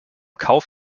kauf